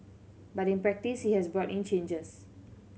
but in practice he has brought in changes